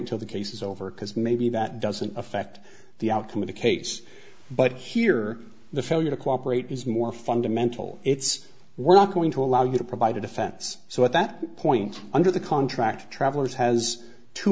until the case is over because maybe that doesn't affect the outcome of the case but here the failure to cooperate is more fundamental it's we're not going to allow you to provide a defense so at that point under the contract travelers has t